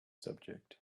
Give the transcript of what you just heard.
subject